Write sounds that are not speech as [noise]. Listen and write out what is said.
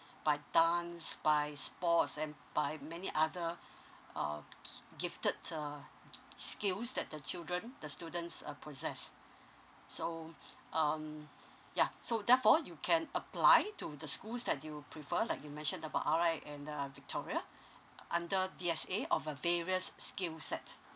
by dance by sports and by many other uh gi~ gifted uh skills that the children the students uh possess so um yeah so therefore you can apply to the schools that you prefer like you mentioned about R_I and uh victoria [noise] under D_S_A of a various skill set